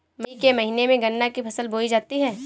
मई के महीने में गन्ना की फसल बोई जाती है